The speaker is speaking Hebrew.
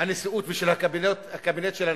הנשיאות ושל הקבינט של הנשיא,